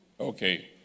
Okay